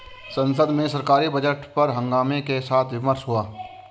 संसद में सरकारी बजट पर हंगामे के साथ विमर्श हुआ